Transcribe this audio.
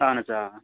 اہن حظ آ